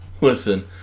Listen